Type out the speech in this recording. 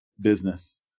business